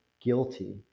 guilty